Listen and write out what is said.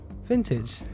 Vintage